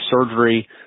surgery